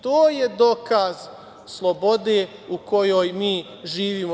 To je dokaz slobode u kojoj mi živimo.